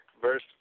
verse